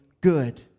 good